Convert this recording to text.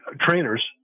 trainers